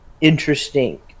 interesting